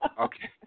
okay